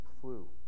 flu